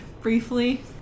briefly